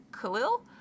Khalil